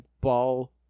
ball